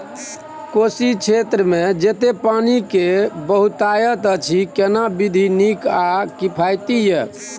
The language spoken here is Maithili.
कोशी क्षेत्र मे जेतै पानी के बहूतायत अछि केना विधी नीक आ किफायती ये?